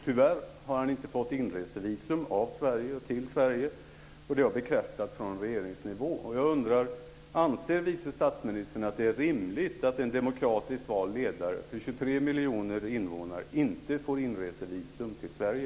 Tyvärr har han inte fått inresevisum av Sverige. Det har bekräftats från regeringsnivå. Jag undrar om vice statsministern anser att det är rimligt att en demokratiskt vald ledare för 23 miljoner invånare inte får inresevisum till Sverige.